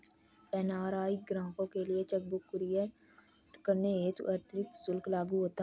NRI ग्राहकों के लिए चेक बुक कुरियर करने हेतु अतिरिक्त शुल्क लागू होता है